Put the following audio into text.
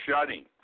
shutting